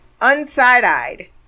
unside-eyed